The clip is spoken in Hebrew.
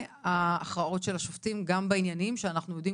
וההכרעות של השופטים גם בעניינים שאנחנו יודעים